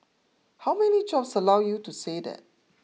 how many jobs allow you to say that